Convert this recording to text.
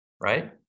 right